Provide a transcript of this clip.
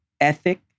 ethic